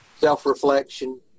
self-reflection